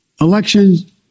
elections